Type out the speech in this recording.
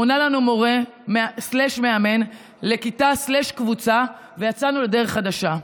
מונה לנו מורה-מאמן לכיתה-קבוצה ויצאנו לדרך חדשה.